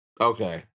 Okay